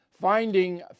Finding